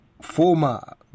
former